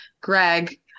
Greg